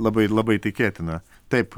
labai labai tikėtina taip